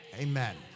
Amen